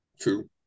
Two